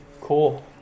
Cool